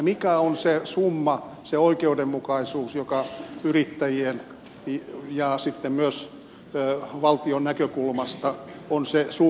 mikä on se summa se oikeudenmukaisuus joka yrittäjien ja sitten myös valtion näkökulmasta on se summa